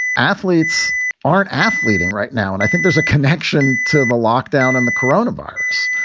athletes aren't athletes right now. and i think there's a connection to the lockdown and the coronavirus.